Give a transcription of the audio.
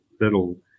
little